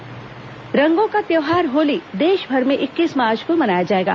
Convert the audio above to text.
होली तैयारी रंगों का त्यौहार होली देशभर में इक्कीस मार्च को मनाया जाएगा